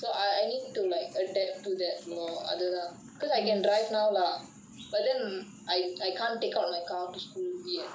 so so I need to like adapt to that lor I don't know because I can drive now lah but then I I can't take out my car to school yet